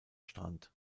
strand